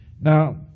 Now